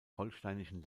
holsteinischen